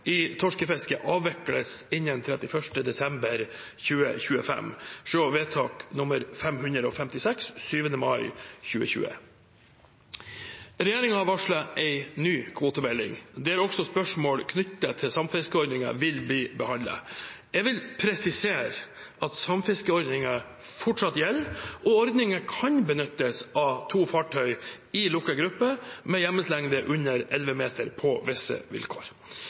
i torskefisket avvikles innen 31. desember 2025. Se vedtak nr. 556, 7. mai 2020. Regjeringen har varslet en ny kvotemelding, hvor også spørsmål knyttet til samfiskeordningen vil bli behandlet. Jeg vil presisere at samfiskeordningen fortsatt gjelder, og ordningen kan benyttes av to fartøy i lukket gruppe med hjemmelslengde under 11 meter på